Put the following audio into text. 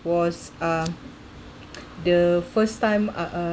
was uh the first time uh